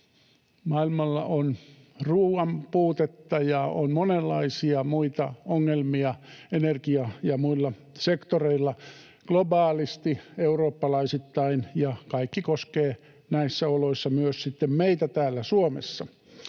Maailmalla on ruuan puutetta ja on monenlaisia muita ongelmia energia‑ ja muilla sektoreilla globaalisti, eurooppalaisittain, ja kaikki koskee näissä oloissa myös meitä täällä Suomessa.